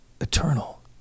Eternal